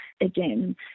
again